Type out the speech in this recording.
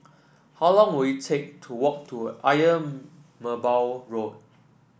how long will it take to walk to Ayer Merbau Road